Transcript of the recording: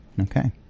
Okay